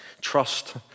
Trust